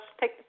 take